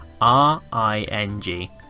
R-I-N-G